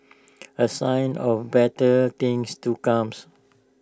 A sign of better things to comes